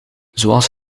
zoals